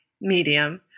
medium